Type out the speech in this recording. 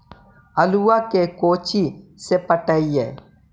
आलुआ के कोचि से पटाइए?